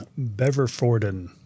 Beverforden